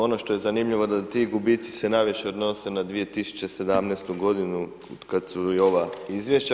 Ono što je zanimljivo da ti gubici se najviše odnose na 2017. g. od kada su i ova izvješća.